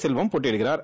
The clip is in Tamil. செல்வம் போட்டியிடுகிறார்